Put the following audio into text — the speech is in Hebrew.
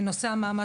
נושא המעמד,